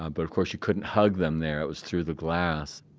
ah, but of course, you couldn't hug them there. it was through the glass